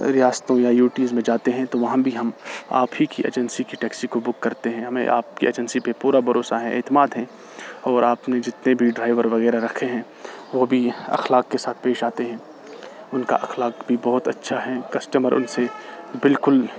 ریاستوں یا یوٹیز میں جاتے ہیں تو وہاں بھی ہم آپ ہی کی ایجنسی کی ٹیکسی کو بک کرتے ہیں ہمیں آپ کی ایجنسی پہ پورا بھروسہ ہے اعتماد ہے اور آپ نے جتنے بھی ڈرائیور وغیرہ رکھے ہیں وہ بھی اخلاق کے ساتھ پیش آتے ہیں ان کا اخلاق بی بہت اچھا ہے کسٹمر ان سے بالکل